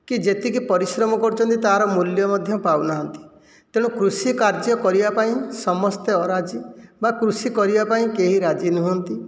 କି ଯେତିକି ପରିଶ୍ରମ କରୁଛନ୍ତି ତା'ର ମୂଲ୍ୟ ମଧ୍ୟ ପାଉନାହାନ୍ତି ତେଣୁ କୃଷି କାର୍ଯ୍ୟ କରିବା ପାଇଁ ସମସ୍ତେ ଅରାଜି ବା କୃଷି କରିବା ପାଇଁ କେହି ରାଜି ନୁହନ୍ତି